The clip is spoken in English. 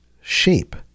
shape